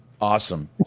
Awesome